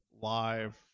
live